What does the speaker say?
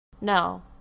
No